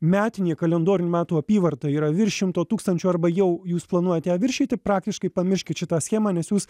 metinė kalendorinių metų apyvarta yra virš šimto tūkstančio arba jau jūs planuojat ją viršyti praktiškai pamirškit šitą schemą nes jūs